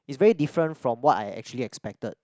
it's very different from what I actually expected